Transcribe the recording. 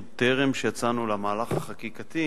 עוד בטרם יצאנו למהלך החקיקתי,